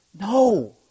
No